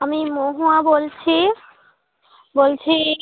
আমি মহুয়া বলছি বলছি